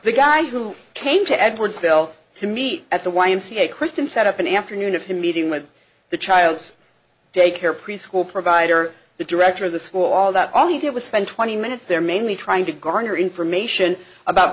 the guy who came to edwardsville to meet at the y m c a christian set up an afternoon of him meeting with the child's daycare preschool provider the director of the school all that all he did was spend twenty minutes there mainly trying to garner information about